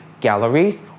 galleries